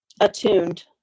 attuned